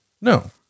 No